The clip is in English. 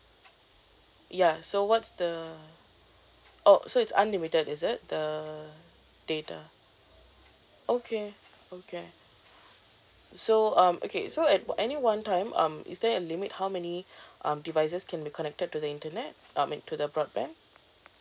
ya so what's the oh so it's unlimited is it the data okay okay so um okay so at any one time um is there a limit how many um devices can be connected to the internet I mean to the broadband